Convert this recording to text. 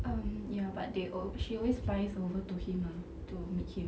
um ya but they oh she always flies over to him ah to meet him